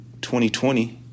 2020